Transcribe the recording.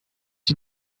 die